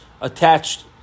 attached